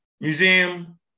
Museum